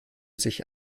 sich